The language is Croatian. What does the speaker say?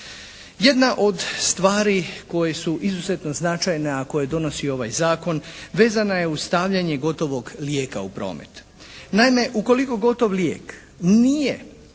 Jedna od stvari koje su izuzetno značajne a koje donosi ovaj zakon vezana je uz stavljanje gotovog lijeka u promet. Naime ukoliko gotov lijek nije